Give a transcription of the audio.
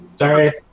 Sorry